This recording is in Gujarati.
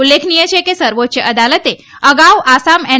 ઉલ્લેખનીય છે કે સર્વોચ્ય અદાલતે અગાઉ આસામ એન